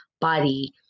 body